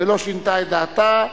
ולא שינתה את דעתה,